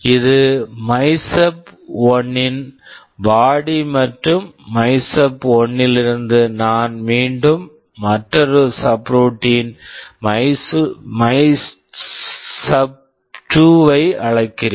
இது my sub one MYSUB1 இன் body body மற்றும் மைசப்1 MYSUB1 இலிருந்து நான் மீண்டும் மற்றொரு சப்ரூட்டீன் subroutine மைசப்2 MYSUB2 வை அழைக்கிறேன்